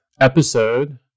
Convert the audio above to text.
episode